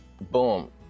boom